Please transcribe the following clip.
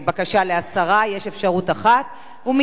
ומייד לאחריו תעלה חברת הכנסת פניה קירשנבאום,